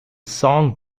song